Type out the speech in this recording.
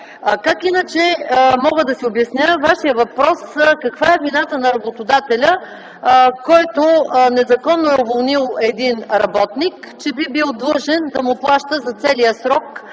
Как иначе мога да си обясня Вашия въпрос, каква е вината на работодателя, който незаконно е уволнил един работник, че би бил длъжен да му плаща за целия срок,